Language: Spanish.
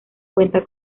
cuenta